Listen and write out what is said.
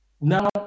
Now